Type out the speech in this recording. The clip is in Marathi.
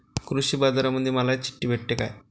कृषीबाजारामंदी मालाची चिट्ठी भेटते काय?